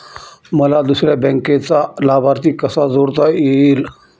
मला दुसऱ्या बँकेचा लाभार्थी कसा जोडता येईल?